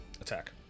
attack